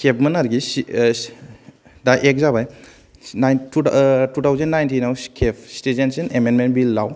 केबमोन आरोखि सि ओ सि दा एक्थ जाबाय नाय थु ओ थुथावजेन नाइनथिनाव केब सिथिजेन्तसिब एभेन्तमेन बिलाव